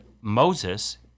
Moses